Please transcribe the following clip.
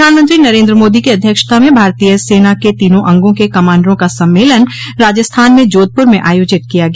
प्रधानमंत्री नरेन्द्र मोदी की अध्यक्षता में भारतीय सेना के तीनों अंगों के कमांडरों का सम्मेलन राजस्थान में जोधपुर में आयोजित किया गया